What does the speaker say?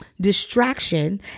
distraction